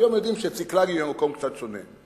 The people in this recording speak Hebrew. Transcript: היום יודעים שצקלג היא במקום קצת שונה.